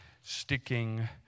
sticking